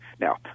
Now